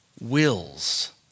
wills